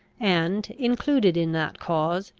and, included in that cause,